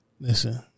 Listen